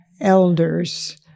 elders